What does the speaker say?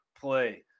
play